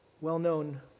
well-known